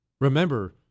Remember